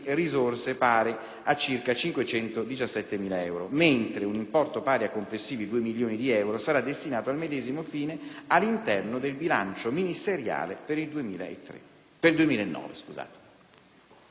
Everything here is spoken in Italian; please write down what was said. a circa 517.000 euro, mentre un importo pari a complessivi 2 milioni di euro sarà destinato al medesimo fine all'interno del bilancio ministeriale per il 2009.